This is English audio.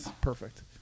Perfect